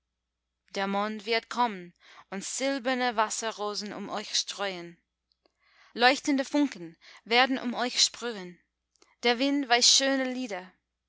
der mond wird kommen und silberne wasserrosen um euch streuen leuchtende funken werden um euch sprühen der wind weiß schöne lieder